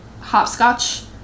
hopscotch